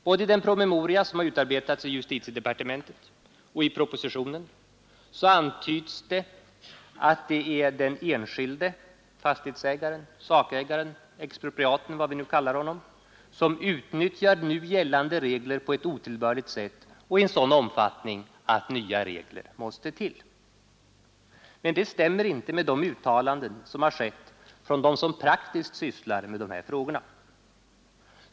Både i den promemoria som utarbetats i justitiedepartementet och i Propositionen antyds att det är den enskilde fastighetsägaren — sakägaren, expropriaten, vad vi nu kallar honom — som utnyttjar nu gällande regler på ett otillbörligt sätt och i en sådan omfattning att nya regler måste till. Men det stämmer inte med de uttalanden som har gjorts av dem som praktiskt sysslar med dessa frågor.